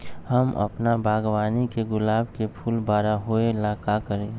हम अपना बागवानी के गुलाब के फूल बारा होय ला का करी?